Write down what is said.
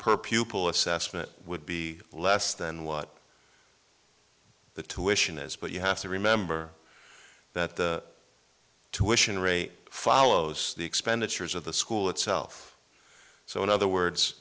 per pupil assessment would be less than what the tuition is but you have to remember that the tuition rate follows the expenditures of the school itself so in other words